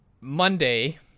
Monday